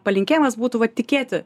palinkėjimas būtų va tikėti